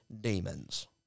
Demons